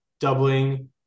doubling